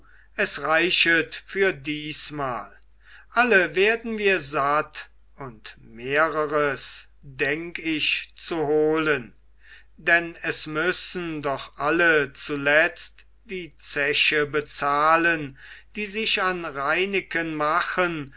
es reichet für diesmal alle werden wir satt und mehreres denk ich zu holen denn es müssen doch alle zuletzt die zeche bezahlen die sich an reineken machen